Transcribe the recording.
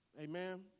Amen